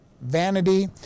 vanity